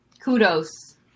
Kudos